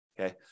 okay